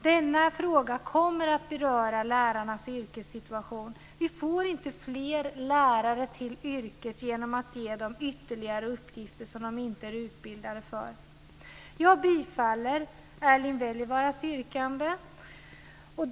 Denna fråga kommer att beröra lärarnas yrkessituation. Vi får inte fler lärare till yrket genom att ge dem ytterligare uppgifter som de inte är utbildade för. Jag har samma yrkande som Erling Wälivaara.